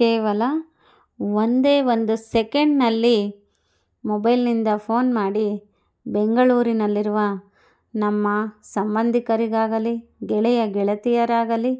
ಕೇವಲ ಒಂದೇ ಒಂದು ಸೆಕೆಂಡಿನಲ್ಲಿ ಮೊಬೈಲಿನಿಂದ ಫೋನ್ ಮಾಡಿ ಬೆಂಗಳೂರಿನಲ್ಲಿರುವ ನಮ್ಮ ಸಂಬಂಧಿಕರಿಗಾಗಲಿ ಗೆಳೆಯ ಗೆಳತಿಯರಾಗಲಿ